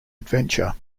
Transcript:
adventure